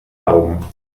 augen